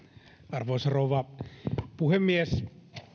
arvoisa rouva puhemies